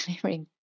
clearing